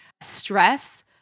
stress